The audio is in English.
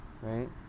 right